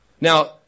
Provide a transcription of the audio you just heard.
Now